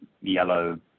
yellow